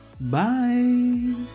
Bye